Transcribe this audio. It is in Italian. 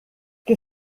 che